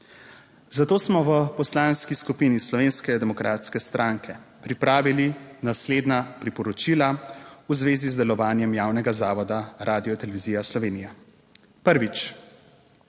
Zato smo v Poslanski skupini Slovenske demokratske stranke pripravili naslednja priporočila v zvezi z delovanjem javnega zavoda Radiotelevizija Slovenija. Prvič: